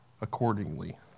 accordingly